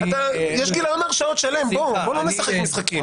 יש גיליון הרשעות שלהם, בואו לא נשחק משחקים.